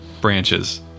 branches